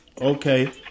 Okay